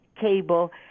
cable